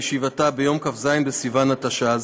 ביום כ"ז בסיוון התשע"ז,